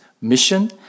mission